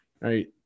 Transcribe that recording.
right